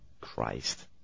Christ